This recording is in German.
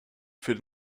für